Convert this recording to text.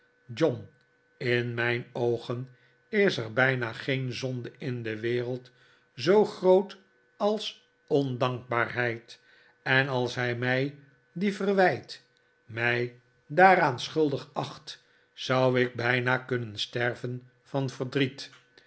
john in mijn oogen is er bijna geen zonde in de wereld zoo groot als ondankbaarheid en als hij mij die verwijt mij daaraan schuldig acht zou ik bijna kunnen sterven van verdriet